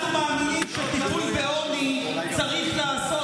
אנחנו מאמינים שטיפול בעוני צריך לעשות